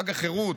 חג החירות,